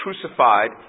crucified